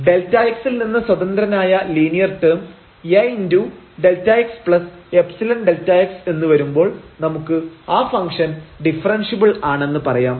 Δx ൽ നിന്ന് സ്വതന്ത്രനായ linear term A Δx ϵ Δx എന്ന് വരുമ്പോൾ നമുക്ക് ആ ഫംഗ്ഷൻ ഡിഫെറെൻഷ്യബിൾ ആണെന്ന് പറയാം